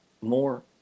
more